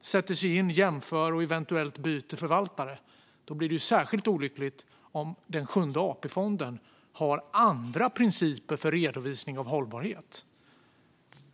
sätter sig in i, jämför och eventuellt byter förvaltare. Då blir det särskilt olyckligt om Sjunde AP-fonden har andra principer för redovisning av hållbarhet.